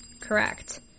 Correct